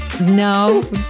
no